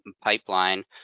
pipeline